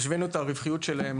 השווינו את הרווחיות הממוצעת שלהם